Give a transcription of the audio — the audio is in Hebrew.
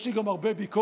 ויש לי גם הרבה ביקורת.